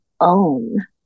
own